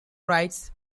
rights